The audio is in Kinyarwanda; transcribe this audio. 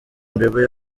bieber